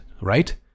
right